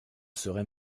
serai